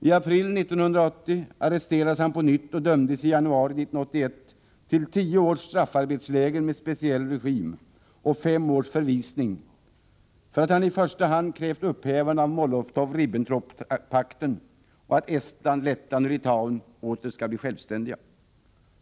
I april 1980 arresterades han på nytt och dömdes i januari 1981 till tio års straffarbetsläger med speciell regim och fem års förvisning för att han i första hand krävt upphävande av Molotov-Ribbentropp-pakten och att Estland, Lettland och Litauen åter skall bli självständiga.